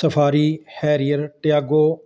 safari Harrier Tiago